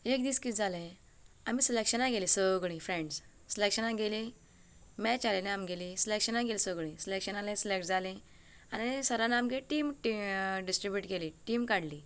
एक दीस कितें जालें आमी सिलेक्शनाक गेल्ली सगळीं फ्रेन्डस सिलेक्शनांक गेली मॅच आसली न्ही आमगेली सिलेक्शनाक गेलीं सगळीं सिलेक्शनाक सिलेक्ट जालीं आनी सरान आमगेली टीम डिस्ट्रिब्युट केली टीम काडली